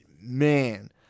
man